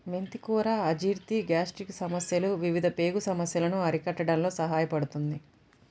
మెంతి కూర అజీర్తి, గ్యాస్ట్రిక్ సమస్యలు, వివిధ పేగు సమస్యలను అరికట్టడంలో సహాయపడుతుంది